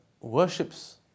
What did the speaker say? worships